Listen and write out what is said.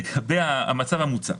לגבי המצב המוצע.